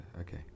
Okay